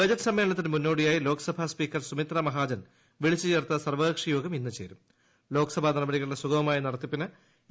budget സമ്മേളനത്തിന് മുന്നോടിയായി Lok Sabha speaker Sumitra Mahajan വിളിച്ചു ചേർത്ത സർവ്വകക്ഷിയോഗം ഇന്ന് ലോകസഭ നടപടികളുടെ സുഗമമായ നടത്തിപ്പിന് ചേരും